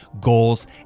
goals